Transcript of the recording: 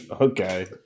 Okay